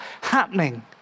happening